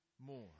more